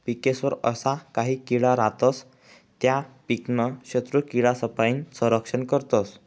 पिकेस्वर अशा काही किडा रातस त्या पीकनं शत्रुकीडासपाईन संरक्षण करतस